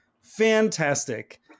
fantastic